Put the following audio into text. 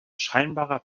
scheinbare